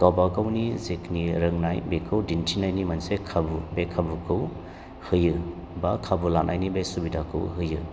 गावबागावनि जेखिनि रोंनाय बेखौ दिनथिनायनि मोनसे खाबु बे खाबुखौ होयो बा खाबु लानायनि बे सुबिदाखौ होयो